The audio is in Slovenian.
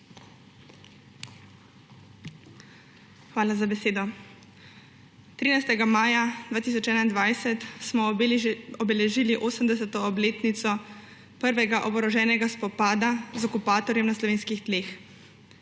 Hvala za besedo. 13. maja 2021 smo obeležili 80. obletnico prvega oboroženega spopada z okupatorjem na slovenskih tleh.